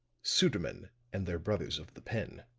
sudermann and their brothers of the pen.